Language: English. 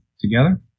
together